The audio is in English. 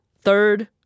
third